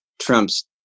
Trump's